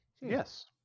Yes